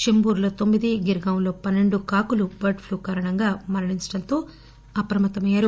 చెంబూరులో తొమ్మిది గిర్ గావ్ లో పన్నెండు కాకులు బర్డ్ ప్లూ కారణంగా మరణించడంతో అప్రమత్తమయ్యారు